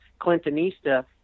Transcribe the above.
Clintonista